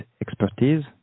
expertise